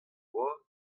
boa